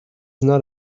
not